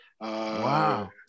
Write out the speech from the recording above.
Wow